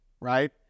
right